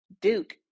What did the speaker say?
Duke